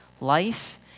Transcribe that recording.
life